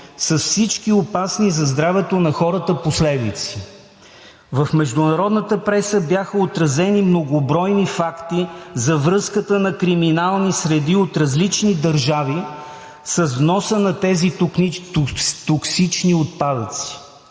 с всички опасни за здравето на хората последици. В международната преса бяха отразени многобройни факти за връзката на криминални среди от различни държави с вноса на тези токсични отпадъци.